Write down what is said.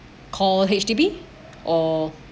call H_D_B or